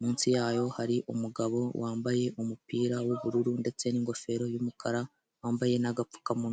Munsi yayo hari umugabo wambaye umupira w'ubururu ndetse n'ingofero y'umukara, wambaye n'agapfukamunwa.